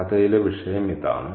കഥയിലെ വിഷയം ഇതാണ്